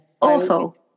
Awful